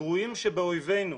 הגרועים באויבינו,